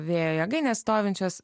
vėjo jėgaines stovinčias